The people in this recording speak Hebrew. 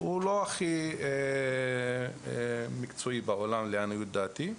הוא לא הכי מקצועי בעולם, לעניות דעתי.